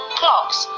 clocks